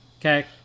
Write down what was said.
Okay